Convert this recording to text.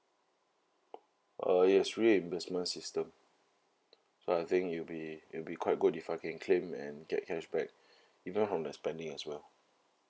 uh yes reimbursement system so I think it'll be it'll be quite good if I can claim and get cashback even on spending as well